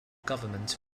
government